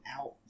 out